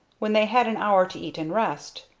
when they had an hour to eat and rest.